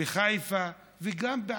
בחיפה וגם בעפולה.